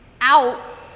Out